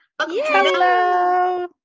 Hello